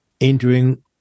entering